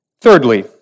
Thirdly